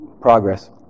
Progress